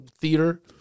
Theater